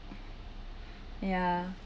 ya